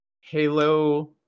Halo